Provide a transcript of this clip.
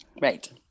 Right